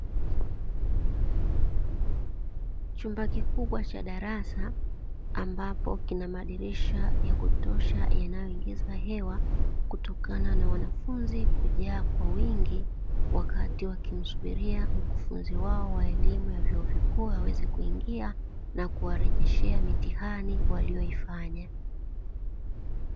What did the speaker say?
Chumba kikubwa cha darasa ambapo kina madirisha ya kutosha inayoingiza hewa kutokana na wanafunzi kujaa kwa wingi wakati wakimsubiria mkufunzi wao wa elimu wa vyuo vikuu aweze kuingia na kuwarejeshea mitihani walioifanya.